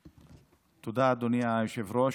תודה, אדוני היושב-ראש.